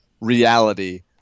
reality